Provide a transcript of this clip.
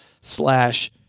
slash